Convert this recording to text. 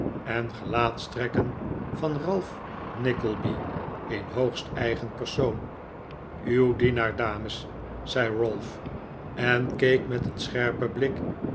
en gelaatstrekken van ralph nickleby in hoogst eigen persoon uw dienaar dames zei ralph en keek met een scherpen blik